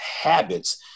habits